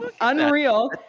Unreal